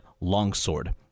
longsword